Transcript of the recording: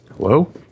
hello